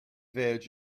veg